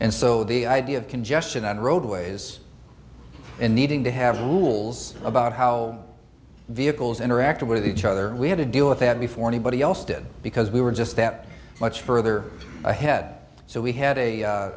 and so the idea of congestion and roadways in needing to have rules about how vehicles interact with each other we had to deal with that before anybody else did because we were just that much further ahead so we had a